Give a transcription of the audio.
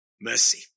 Mercy